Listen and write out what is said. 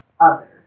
others